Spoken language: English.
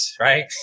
Right